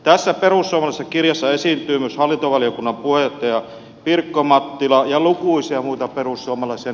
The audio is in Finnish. tässä perussuomalaisessa kirjassa esiintyy myös hallintovaliokunnan puheenjohtaja pirkko mattila ja lukuisia muita perussuomalaisia